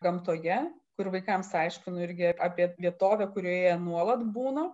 gamtoje kur vaikams aiškinu irgi apie vietovę kurioje jie nuolat būna